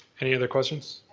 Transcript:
any other questions?